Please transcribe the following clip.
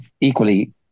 equally